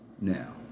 now